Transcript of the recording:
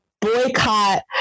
boycott